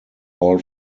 all